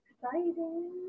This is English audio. Exciting